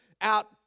out